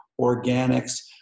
organics